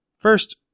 First